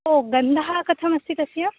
ओ गन्धः कथम् अस्ति तस्य